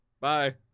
Bye